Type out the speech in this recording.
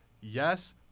Yes